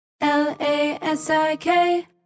L-A-S-I-K